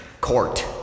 Court